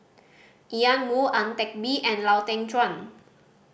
Ian Woo Ang Teck Bee and Lau Teng Chuan